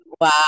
wow